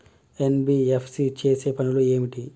NBFC చేసే పనులు ఏమిటి?